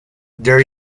there